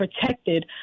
protected